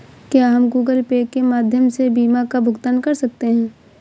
क्या हम Google Pay के माध्यम से बीमा का भुगतान कर सकते हैं?